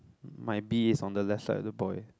my bee is on the left side the boy